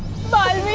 fun